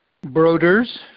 Broders